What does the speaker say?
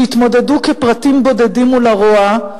שהתמודדו כפרטים בודדים מול הרוע,